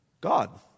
God